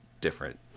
different